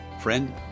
Friend